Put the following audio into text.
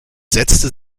setzte